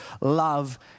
love